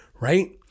Right